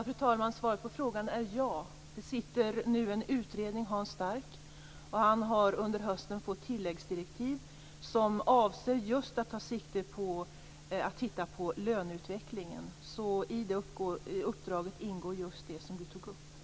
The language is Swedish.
Fru talman! Svaret på frågan är ja. Det finns nu en utredning. Hans Stark har under hösten fått tilläggsdirektiv som avser just att man skall titta på löneutvecklingen. I det uppdraget ingår just det som Christina Axelsson tog upp.